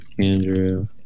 Andrew